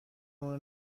اونو